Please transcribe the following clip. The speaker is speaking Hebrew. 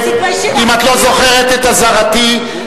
אם את לא זוכרת את אזהרתי,